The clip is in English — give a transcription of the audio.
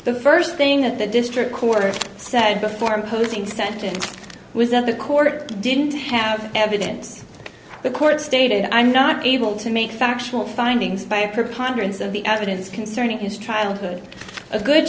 the st thing that the district court said before imposing sentence was that the court didn't have evidence the court stated i'm not able to make factual findings by a preponderance of the evidence concerning his childhood a good